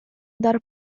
удар